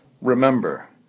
Remember